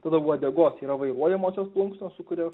tada uodegos yra vairuojamosios plunksnos su kuriom